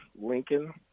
Lincoln